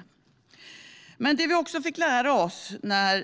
Det som vi i kulturutskottet också fick lära oss när